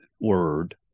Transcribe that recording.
word